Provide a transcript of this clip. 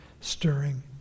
stirring